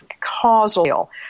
causal